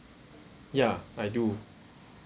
ya I do